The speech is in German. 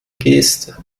geste